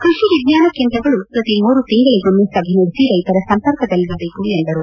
ಕೃಷಿ ವಿಜ್ಞಾನ ಕೇಂದ್ರಗಳು ಪ್ರತಿ ಮೂರು ತಿಂಗಳಗೊಮ್ನೆ ಸಭೆ ನಡೆಸಿ ರೈತರ ಸಂಪರ್ಕದಲ್ಲಿರಬೇಕು ಎಂದರು